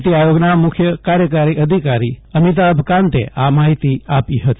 નીતિ આયોગના મુખ્ય કાર્યકારી અધિકાર અમિતાભ કાંતે આ માહિતી આપી ફતી